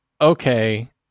okay